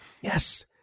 Yes